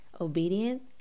Obedient